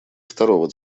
второго